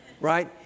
right